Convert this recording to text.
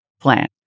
plant